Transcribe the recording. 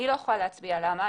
אני לא יכולה להצביע למה.